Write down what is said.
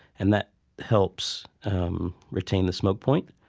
and that helps um retain the smoke point.